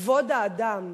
כבוד האדם.